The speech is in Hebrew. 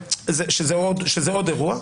שזה עוד אירוע,